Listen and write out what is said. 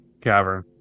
cavern